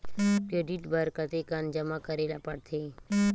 Credit बर कतेकन जमा करे ल पड़थे?